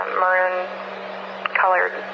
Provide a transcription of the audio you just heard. maroon-colored